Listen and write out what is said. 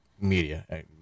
media